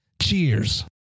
Cheers